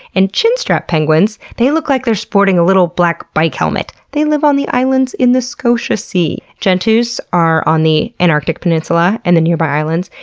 and chinstrap penguins, they look like they're sporting a little black bike helmet. they live on islands in the scotia sea. gentoos are on the antarctic peninsula and the nearby islands,